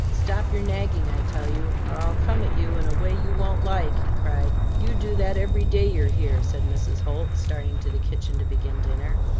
stop your nagging, i tell you, or i'll come at you in a way you won't like, he cried. you do that every day you're here, said mrs. holt, starting to the kitchen to begin dinner.